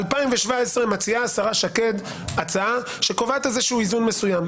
ב-2017 מציעה השרה שקד הצעה שקובעת איזשהו איזון מסוים.